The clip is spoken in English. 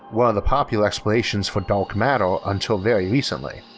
one of the popular explanations for dark matter until very recently.